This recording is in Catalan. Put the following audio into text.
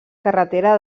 carretera